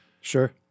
Sure